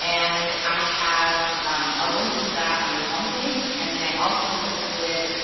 and i have a link to that on my homepage, and then i also link to it